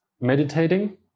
meditating